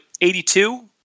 82